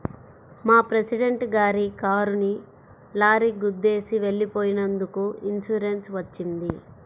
మా ప్రెసిడెంట్ గారి కారుని లారీ గుద్దేసి వెళ్ళిపోయినందుకు ఇన్సూరెన్స్ వచ్చింది